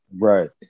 Right